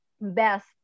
best